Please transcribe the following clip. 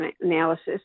analysis